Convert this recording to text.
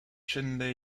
chinle